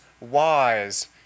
wise